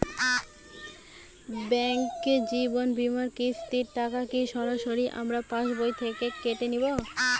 Bank জীবন বিমার কিস্তির টাকা কি সরাসরি আমার পাশ বই থেকে কেটে নিবে?